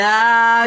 Now